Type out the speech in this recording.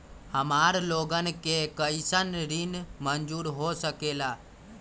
हमार लोगन के कइसन ऋण मंजूर हो सकेला?